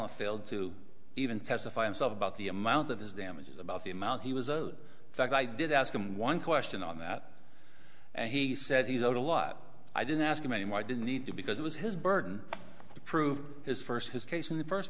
appellate failed to even testify and self about the amount of his damages about the amount he was a fact i did ask him one question on that and he said he's got a lot i didn't ask him any more i didn't need to because it was his burden to prove his first his case in the first